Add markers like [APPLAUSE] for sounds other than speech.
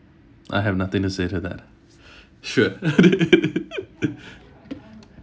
I have nothing to say to that sure [LAUGHS]